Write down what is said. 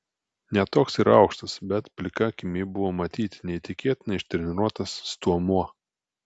ne toks ir aukštas bet plika akimi buvo matyti neįtikėtinai ištreniruotas stuomuo